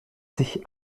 sich